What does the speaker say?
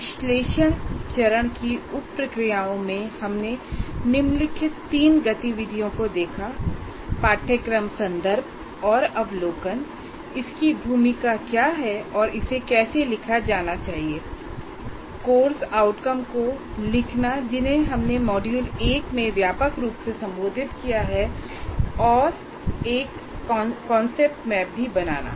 विश्लेषण चरण की उप प्रक्रियाओं में हमने निम्नलिखित तीन गतिविधियों को देखा पाठ्यक्रम संदर्भ और अवलोकन इसकी भूमिका क्या है और इसे कैसे लिखा जाना चाहिए कोर्स आउटकम को लिखना जिन्हें हमने मॉड्यूल 1 में व्यापक रूप से संबोधित किया है और एक कांसेप्ट मैप भी बनाना